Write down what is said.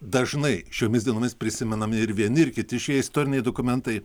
dažnai šiomis dienomis prisimenami ir vieni ir kiti šie istoriniai dokumentai